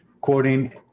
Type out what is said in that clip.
quoting